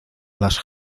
las